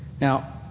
Now